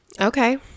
Okay